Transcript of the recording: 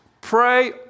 pray